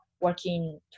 working